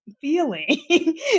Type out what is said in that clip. feeling